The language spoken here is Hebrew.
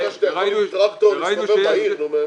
פותח את ישיבת ועדת הכספים.